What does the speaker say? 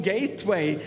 Gateway